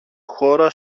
χώρα